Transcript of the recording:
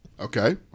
Okay